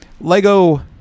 Lego